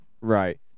right